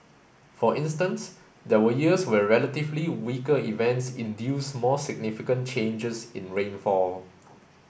for instance there were years where relatively weaker events induced more significant changes in rainfall